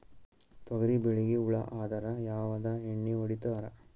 ತೊಗರಿಬೇಳಿಗಿ ಹುಳ ಆದರ ಯಾವದ ಎಣ್ಣಿ ಹೊಡಿತ್ತಾರ?